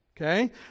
okay